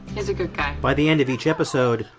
he's a good guy. by the end of each episode,